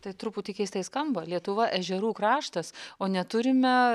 tai truputį keistai skamba lietuva ežerų kraštas o neturime